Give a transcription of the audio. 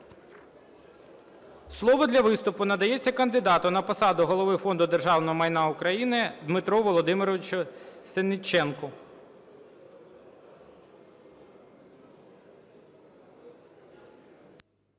Слово для виступу надається кандидату на посаду голови Фонду державного майна України Дмитру Володимировичу Сенниченку.